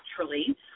naturally